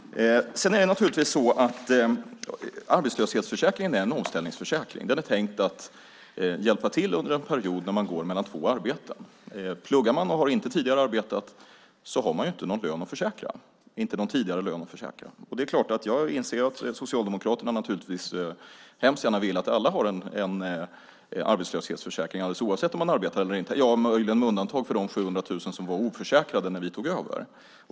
Arbetslöshetsförsäkringen är en omställningsförsäkring. Den är tänkt att hjälpa till under en period mellan två arbeten. Om man pluggar och inte tidigare har arbetat har man inte någon tidigare lön att försäkra. Jag inser att Socialdemokraterna naturligtvis hemskt gärna vill att alla har en arbetslöshetsförsäkring, alldeles oavsett om de arbetar eller inte - möjligen med undantag för de 700 000 som var oförsäkrade när vi tog över.